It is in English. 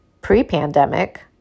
pre-pandemic